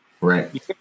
Right